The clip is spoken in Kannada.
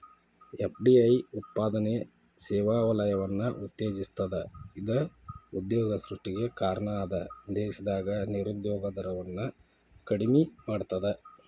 ಎಫ್.ಡಿ.ಐ ಉತ್ಪಾದನೆ ಸೇವಾ ವಲಯವನ್ನ ಉತ್ತೇಜಿಸ್ತದ ಇದ ಉದ್ಯೋಗ ಸೃಷ್ಟಿಗೆ ಕಾರಣ ಅದ ದೇಶದಾಗ ನಿರುದ್ಯೋಗ ದರವನ್ನ ಕಡಿಮಿ ಮಾಡ್ತದ